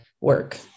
work